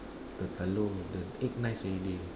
the telur the egg nice already